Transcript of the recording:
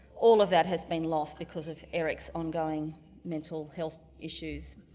all of that has been lost because of eric's ongoing mental health issues.